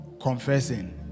confessing